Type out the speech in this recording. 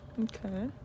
Okay